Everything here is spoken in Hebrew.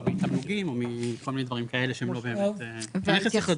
מתמלוגים או מכל מיני דברים כאלה שהם לא באמת -- וההתייחסות